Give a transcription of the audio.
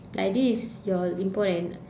like this is your import and